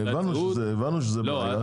הבנו שזאת בעיה.